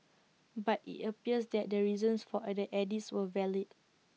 but IT appears that the reasons for A the edits were valid